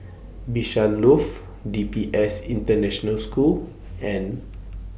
Bishan Loft D P S International School and